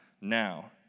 now